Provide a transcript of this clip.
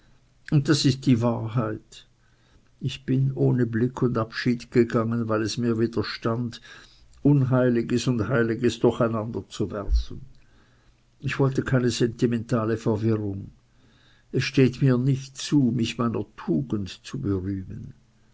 und das ist die wahrheit ich bin ohne blick und ohne abschied gegangen weil es mir widerstand unheiliges und heiliges durcheinander zu werfen ich wollte keine sentimentale verwirrung es steht mir nicht zu mich meiner tugend zu berühmen